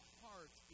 heart